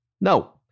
No